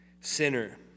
sinner